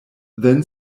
then